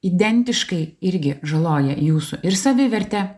identiškai irgi žaloja jūsų ir savivertę